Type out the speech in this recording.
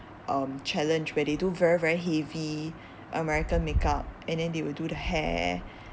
um challenge where they do very very heavy american makeup and then they will do the hair